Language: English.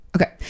Okay